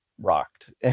rocked